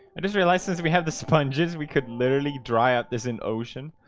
i just realize since we have the sponges we could literally dry out this in ocean